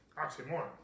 oxymoron